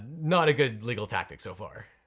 not a good legal tactic so far.